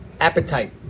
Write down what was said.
appetite